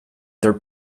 their